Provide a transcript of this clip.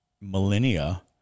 millennia